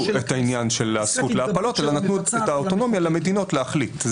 את הזכות להפלות אלא נתנו את האוטונומיה למדינות להחליט.